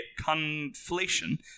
conflation